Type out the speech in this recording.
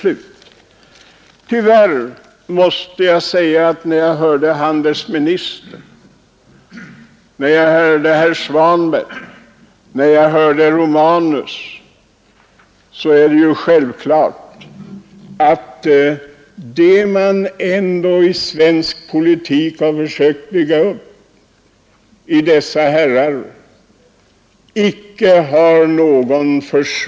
Tyvärr måste jag efter att ha hört handelsministern, herr Svanberg och herr Romanus säga att man i dessa herrar icke har någon försvarare av vad svensk politik i Gustaf Möllers anda har försökt bygga upp.